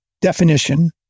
definition